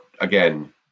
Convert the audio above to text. again